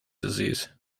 disease